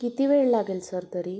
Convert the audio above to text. किती वेळ लागेल सर तरी